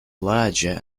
larger